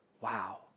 Wow